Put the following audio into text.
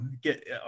get